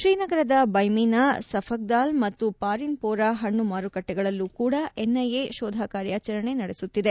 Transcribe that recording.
ಶ್ರೀನಗರದ ಬೈಮಿನಾ ಸಫಕ್ದಾಲ್ ಮತ್ತು ಪಾರಿನ್ಪೋರಾ ಹಣ್ಣು ಮಾರುಕಟ್ಟೆಗಳಲ್ಲೂ ಕೂಡ ಎನ್ಐಎ ಶೋಧ ಕಾರ್ಯಾಚರಣೆ ನಡೆಸುತ್ತಿದೆ